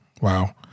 Wow